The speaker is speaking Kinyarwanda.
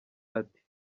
ati